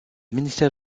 ministère